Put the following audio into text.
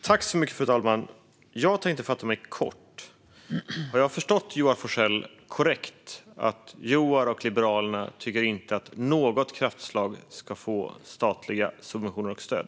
Fru talman! Jag tänkte fatta mig kort. Har jag förstått korrekt att Joar Forssell och Liberalerna inte tycker att något kraftslag ska få statliga subventioner och stöd?